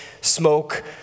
smoke